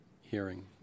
hearing